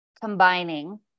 combining